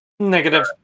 Negative